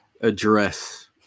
address